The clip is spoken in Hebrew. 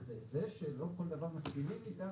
זה שלא כל דבר מסכימים איתה,